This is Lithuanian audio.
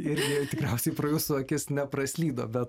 irgi tikriausiai pro jūsų akis nepraslydo bet